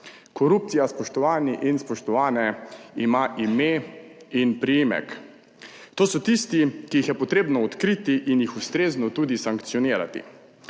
Korupcija, spoštovani in spoštovane, ima ime in priimek. To so tisti, ki jih je potrebno odkriti in jih ustrezno tudi sankcionirati.